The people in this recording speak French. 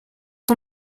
ton